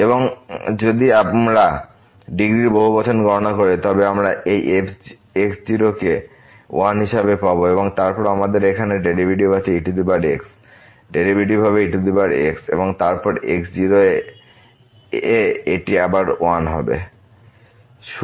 এবং যদি আমরা ডিগ্রির বহুবচন গণনা করি তবে আমরা এই f কে 1 হিসাবে পাব এবং তারপর আমাদের এখানে ডেরিভেটিভ আছে ex ডেরিভেটিভ হবে ex এবং তারপর x 0 এ এটি আবার 1 হবে